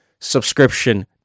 subscription